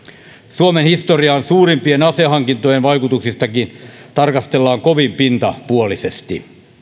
suomen historian suurimpien asehankintojen vaikutuksiakin tarkastellaan kovin pintapuolisesti